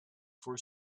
for